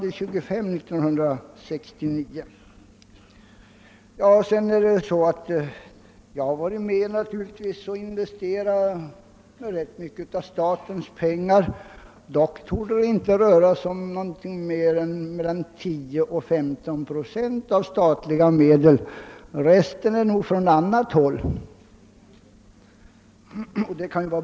1969 hade man i Västtyskland 25 procent. Jag har naturligtvis varit med om att investera rätt mycket av statens pengar i bolag som står mig nära. Det torde emellertid inte röra sig om mer än mellan 10 och 15 procent statliga medel; resten kommer från annat håll.